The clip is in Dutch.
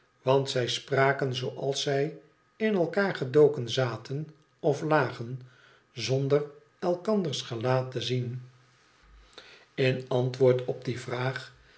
want zij spraken zooals zij in elkaar gedoken zaten of lagen zonder elkanders gelaat te zien in antwoord op die vraag